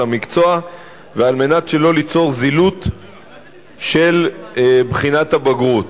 המקצוע וכדי שלא ליצור זילות של בחינת הבגרות.